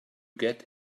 get